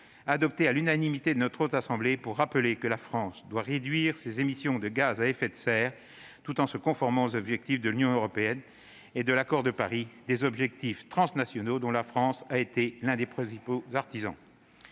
adopté à l'unanimité de notre assemblée : rappeler que la France doit réduire ses émissions de gaz à effet de serre en se conformant aux objectifs de l'Union européenne et de l'accord de Paris, des objectifs transnationaux dont la France a été l'un des principaux artisans.